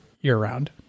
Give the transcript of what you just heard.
year-round